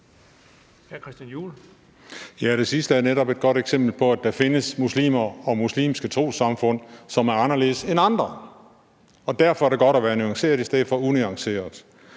Det sidste er netop et godt eksempel på, at der findes muslimer og muslimske trossamfund, som er anderledes end andre, og derfor er det godt at være nuanceret i stedet for unuanceret.